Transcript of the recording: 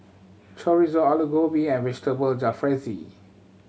Chorizo Alu Gobi and Vegetable Jalfrezi